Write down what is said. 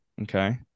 Okay